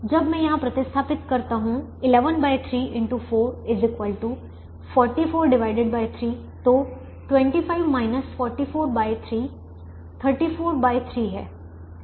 जब मैं यहां प्रतिस्थापित करता हूं 113 x 4 443 तो 25 443 343 है